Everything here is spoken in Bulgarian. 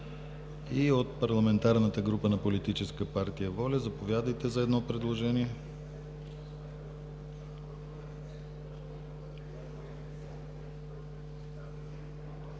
Ви. От парламентарната група на Политическа партия „Воля“ заповядайте, за едно предложение.